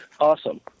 awesome